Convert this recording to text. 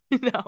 No